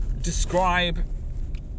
describe